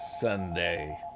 Sunday